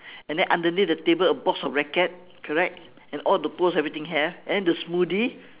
and then underneath the table a box of racket correct and all the poles everything have and then the smoothie